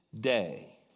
day